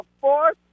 fourth